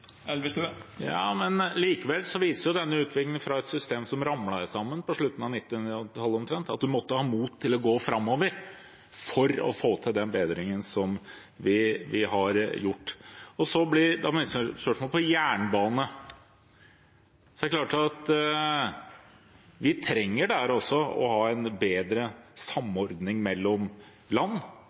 Ja, men likevel viser denne utviklingen fra et system som ramlet sammen omtrent på slutten av 1990-tallet, at man måtte ha mot til å gå framover for å få til den bedringen som vi har gjort. Så blir neste spørsmål om jernbane. Det er klart at også der trenger vi å ha en bedre samordning mellom land